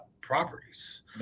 properties